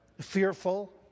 Fearful